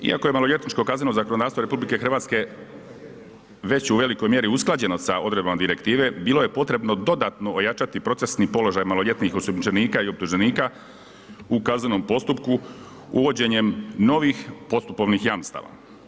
Iako je maloljetničko kazneno zakonodavstvo RH već u velikoj mjeri usklađeno sa odredbama direktive, bilo je potrebno dodatno ojačati procesni položaj maloljetnih osumnjičenika i optuženika u kaznenom postupku uvođenjem novih postupovnih jamstava.